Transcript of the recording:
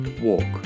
Walk